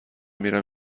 میرم